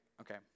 okay